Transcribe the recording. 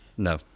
no